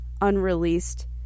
unreleased